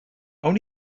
awn